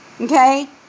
Okay